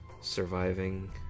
Surviving